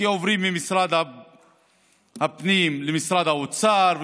כי עוברים ממשרד הפנים למשרד האוצר,